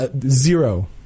zero